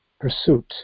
pursuit